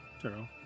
True